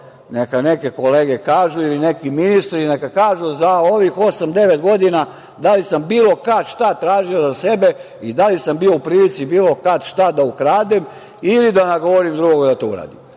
neka neke kolege kažu ili neki ministri neka kažu za ovih osam-devet godina, da li sam bilo kad šta tražio za sebe i da li sam bio u prilici bilo kad šta da ukradem ili da nagovorim drugoga da to